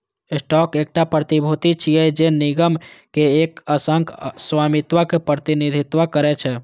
stock एकटा प्रतिभूति छियै, जे निगम के एक अंशक स्वामित्व के प्रतिनिधित्व करै छै